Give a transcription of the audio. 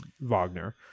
Wagner